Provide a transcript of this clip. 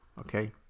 Okay